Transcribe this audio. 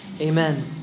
Amen